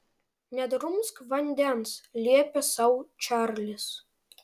nedrumsk vandens liepė sau čarlis